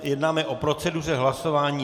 Jednáme o proceduře hlasování.